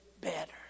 better